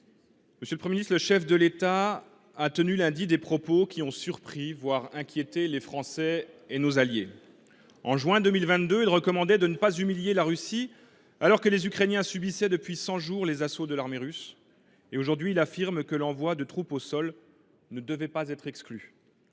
Monsieur le Premier ministre, le chef de l’État a tenu lundi dernier des propos qui ont surpris, voire inquiété, les Français et nos alliés. En juin 2022, il recommandait de ne pas humilier la Russie, alors que les Ukrainiens subissaient depuis cent jours les assauts de l’armée russe. Aujourd’hui, il affirme que l’envoi de troupes au sol ne devrait pas être exclu.